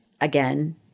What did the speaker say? again